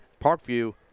Parkview